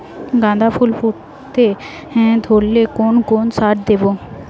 গাদা ফুল ফুটতে ধরলে কোন কোন সার দেব?